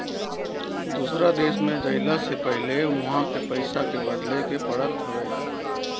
दूसरा देश में जइला से पहिले उहा के पईसा के बदले के पड़त हवे